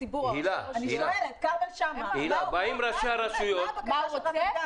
שואלת: כרמל שאמה --- מה הוא רוצה?